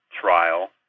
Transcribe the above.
trial